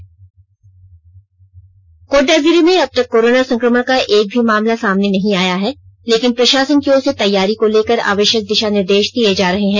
special story Godda Godda जिले में अब तक कोरोना संक्रमण का एक भी मामला सामने नहीं आया है लेकिन प्रषासन की ओर से तैयारी को लेकर आवष्यक दिषा निर्देष दिए जा रहे हैं